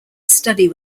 study